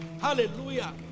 Hallelujah